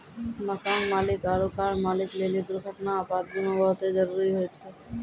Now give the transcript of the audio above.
मकान मालिक आरु कार मालिक लेली दुर्घटना, आपात बीमा बहुते जरुरी होय छै